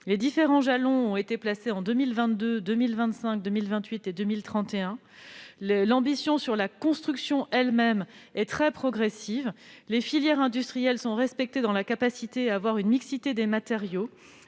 Les différents jalons ont été placés en 2022, 2025, 2028 et 2031. L'ambition sur la construction elle-même est très progressive. Les filières industrielles sont respectées puisque nous avons veillé à préserver